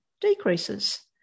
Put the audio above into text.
decreases